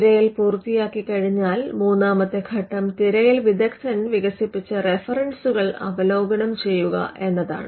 തിരയൽ പൂർത്തിയാക്കിക്കഴിഞ്ഞാൽ മൂന്നാമത്തെ ഘട്ടം തിരയൽ വിദഗ്ധൻ വികസിപ്പിച്ച റഫറൻസുകൾ അവലോകനം ചെയ്യുക എന്നതാണ്